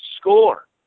score